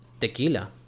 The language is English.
tequila